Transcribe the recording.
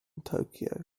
tokyo